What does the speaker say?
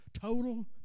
total